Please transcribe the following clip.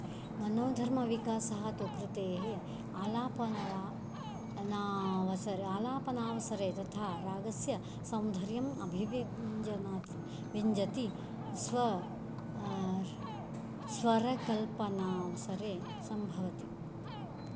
मनोधर्मविकासः तु कृतेः आलापना वा नावसर आलपनावसरे तथा रागस्य सौन्धर्यं अभिव्यञ्जनात् व्यञ्जति स्व स्वरकल्पानावसरे सम्भवति